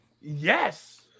Yes